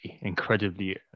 incredibly